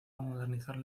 modernizar